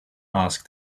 asked